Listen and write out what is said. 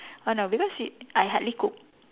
oh no because we I hardly cook